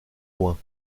loin